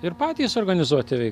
ir patys organizuoti veik